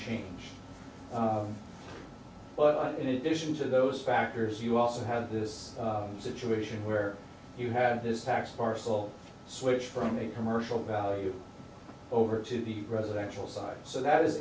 change but in addition to those factors you also have this situation where you have this tax parcel switch from a commercial value over to the residential side so that is